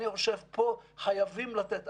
אני חושב שפה חייבים לתת.